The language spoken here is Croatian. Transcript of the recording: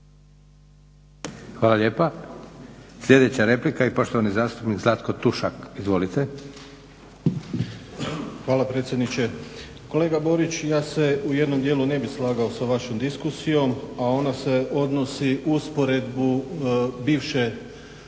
Hvala lijepa. Sljedeća replika i poštovani zastupnik Zlatko Tušak. Izvolite. **Tušak, Zlatko (Hrvatski laburisti - Stranka rada)** Hvala predsjedniče. Kolega Borić, ja se u jednom dijelu ne bih slagao sa vašom diskusijom a ona se odnosi usporedbu bivše